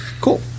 Cool